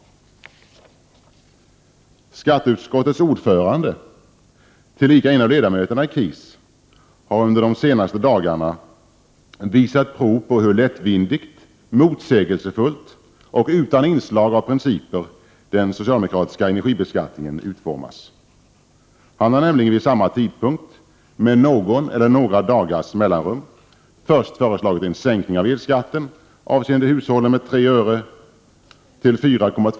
Skatteutskottets ordförande, som också är en av ledamöterna i KIS, har under de senaste dagarna visat prov på hur lättvindigt, motsägelsefullt och utan inslag av principer den socialdemokratiska energibeskattningen utfor mas. Han har nämligen vid samma tidpunkt, med några dagars mellanrum, öre per kWh.